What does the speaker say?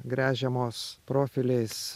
gręžiamos profiliais